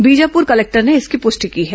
Bijapur collector ने इसकी पुष्टि की है